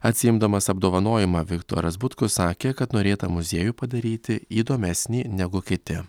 atsiimdamas apdovanojimą viktoras butkus sakė kad norėta muziejų padaryti įdomesnį negu kiti